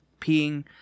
peeing